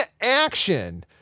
action